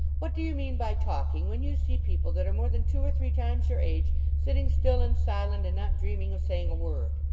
what do you mean by talking, when you see people that are more than two or three times your age, sitting still and silent and not dreaming of saying a word